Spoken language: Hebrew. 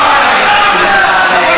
תודה רבה לשר אורי אריאל.